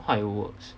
how it works